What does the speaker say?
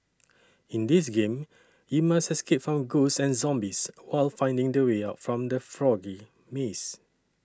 in this game you must escape from ghosts and zombies while finding the way out from the foggy maze